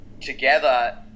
together